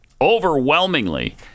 overwhelmingly